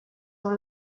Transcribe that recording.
are